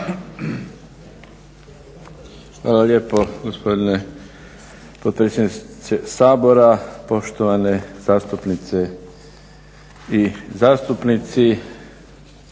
Hvala lijepo gospodine potpredsjedniče Sabora, poštovane zastupnice i zastupnici.